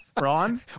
Ron